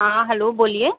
हाँ हलो बोलिए